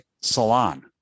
salon